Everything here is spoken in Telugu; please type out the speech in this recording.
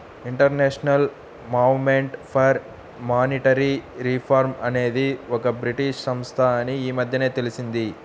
international movement for monetary reform అనేది ఒక బ్రిటీష్ సంస్థ అని ఈ మధ్యనే తెలిసింది